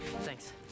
Thanks